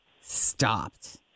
stopped